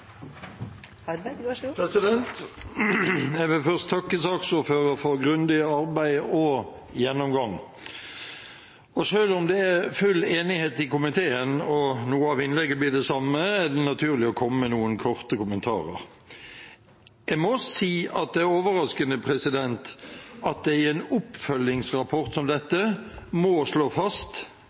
Jeg vil først takke saksordfører for grundig arbeid og gjennomgang. Selv om det er full enighet i komiteen, og noe av innlegget blir likt, er det naturlig å komme med noen korte kommentarer. Jeg må si at det er overraskende at det i en oppfølgingsrapport som dette må slås fast